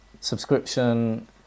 subscription